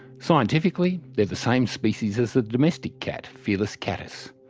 scientifically, they're the same species as the domestic cat, felis catus.